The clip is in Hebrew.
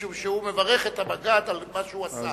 משום שהוא מברך את המג"ד על מה שהוא עשה.